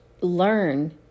learn